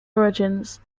origins